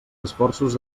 esforços